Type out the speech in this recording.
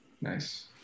Nice